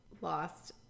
lost